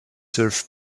served